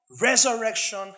resurrection